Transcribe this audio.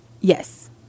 Yes